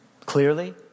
Clearly